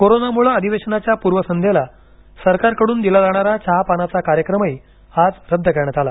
कोरोनामुळे अधिवेशनाच्या पूर्वसंध्येला सरकारकडून दिला जाणारा चहापानाचा कार्यक्रमही आज रद्द करण्यात आला